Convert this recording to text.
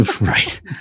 Right